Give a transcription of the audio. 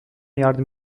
yardım